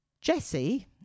Jessie